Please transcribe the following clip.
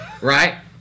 Right